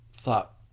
thought